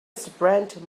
sprained